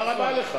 תודה רבה לך.